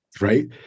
right